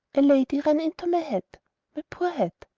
a lady ran into my hat, my poor hat!